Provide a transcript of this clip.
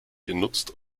genutzt